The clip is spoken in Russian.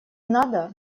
надо